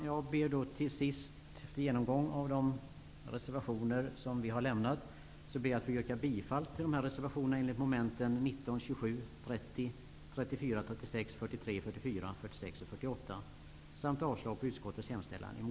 Jag ber till sist, efter genomgång av de reservationer som vi har tillfogat, att få yrka bifall till dessa reservationer enligt moment 19, 27, 30,